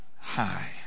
high